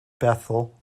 bethel